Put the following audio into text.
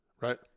Right